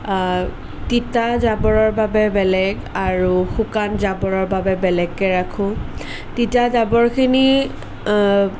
তিতা জাবৰৰ বাবে বেলেগ আৰু শুকান জাবৰৰ বাবে বেলেগকৈ ৰাখোঁ তিতা জাবৰখিনি